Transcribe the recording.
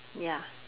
ya